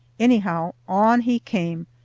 anyhow, on he came,